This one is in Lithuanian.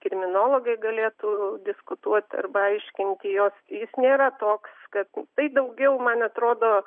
kriminologai galėtų diskutuoti arba aiškint jos jis nėra toks kad tai daugiau man atrodo